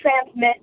transmit